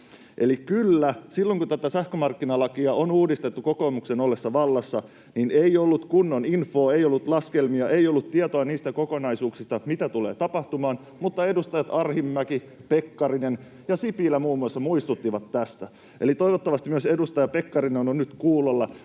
Eli kyllä, silloin kun tätä sähkömarkkinalakia on uudistettu kokoomuksen ollessa vallassa, ei ollut kunnon infoa, ei ollut laskelmia, ei ollut tietoa niistä kokonaisuuksista, mitä tulee tapahtumaan. Mutta muun muassa edustajat Arhinmäki, Pekkarinen ja Sipilä muistuttivat tästä. Eli toivottavasti myös edustaja Pekkarinen on nyt kuulolla,